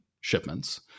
shipments